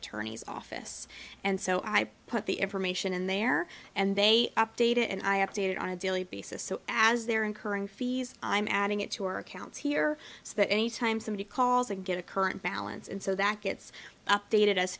attorney's office and so i put the information in there and they update it and i updated on a daily basis so as they're incurring fees i'm adding it to our accounts here so that anytime somebody calls a get a current balance and so that gets updated